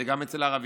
זה גם אצל הערבים.